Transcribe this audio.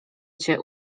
cię